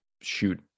shoot